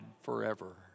forever